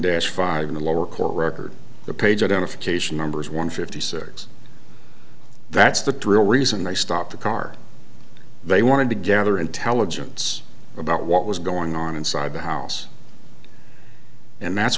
days five in the lower court record the page identification numbers one fifty six that's the real reason they stopped the car they wanted to gather intelligence about what was going on inside the house and that's